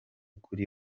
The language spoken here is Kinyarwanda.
kuri